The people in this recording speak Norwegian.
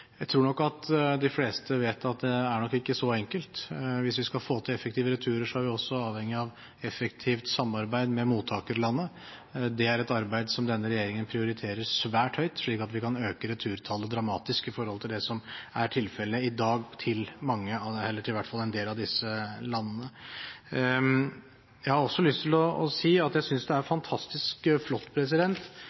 Jeg tror de fleste vet at det nok ikke er så enkelt. Hvis vi skal få til effektive returer, er vi også avhengige av effektivt samarbeid med mottakerlandet. Det er et arbeid som denne regjeringen prioriterer svært høyt, slik at vi kan øke returtallet dramatisk i forhold til det som er tilfellet i dag, til en del av disse landene. Jeg har også lyst til å si at jeg synes det er fantastisk flott